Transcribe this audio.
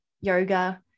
yoga